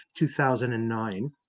2009